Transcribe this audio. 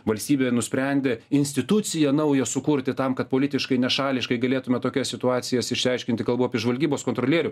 valstybė nusprendė instituciją naują sukurti tam kad politiškai nešališkai galėtume tokias situacijas išsiaiškinti kalbu apie žvalgybos kontrolierių